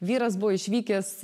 vyras buvo išvykęs